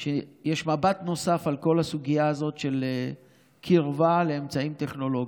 על כך שיש מבט נוסף על כל הסוגיה הזאת של קרבה לאמצעים טכנולוגיים.